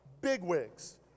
bigwigs